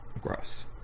gross